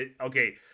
Okay